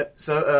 but so,